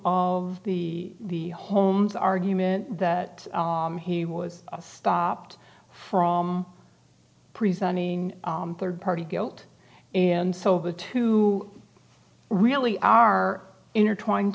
of the holmes argument that he was stopped from presenting third party guilt and so the two really are intertwined